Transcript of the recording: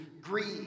greed